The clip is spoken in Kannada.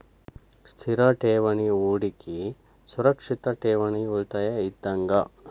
ಸ್ಥಿರ ಠೇವಣಿ ಹೂಡಕಿ ಸುರಕ್ಷಿತ ಉಳಿತಾಯ ಇದ್ದಂಗ